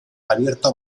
abierto